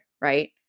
right